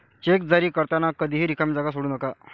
check जारी करताना कधीही रिकामी जागा सोडू नका